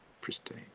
pristine